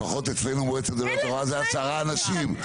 לפחות אצלנו מועצת גדולי התורה זה עשרה אנשים.